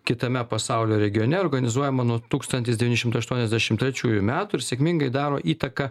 kitame pasaulio regione organizuojama nuo tūkstantis devyni šimtai aštuoniasdešimt trečiųjų metų ir sėkmingai daro įtaką